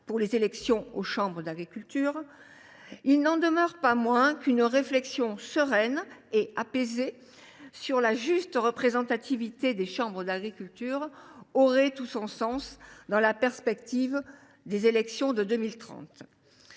pour les élections aux chambres d’agriculture. Il n’en demeure pas moins qu’une réflexion sereine et apaisée sur la juste représentativité des chambres d’agriculture aurait tout son sens dans la perspective des élections de 2030.